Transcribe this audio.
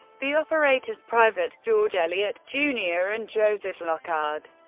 the operators, privates george elliot jr. and joseph lockard,